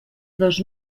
dos